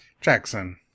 Jackson